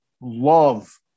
love